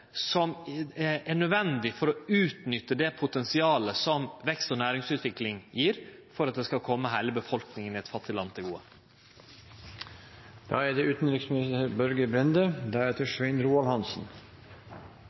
som er nødvendig for å utnytte det potensialet som vekst og næringsutvikling gjev, for at det skal kome heile befolkninga i eit fattig land til gode. Jobbskaping og et velfungerende næringsliv er